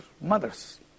mothers